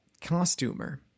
costumer